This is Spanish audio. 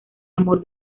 amor